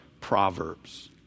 Proverbs